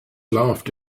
laughed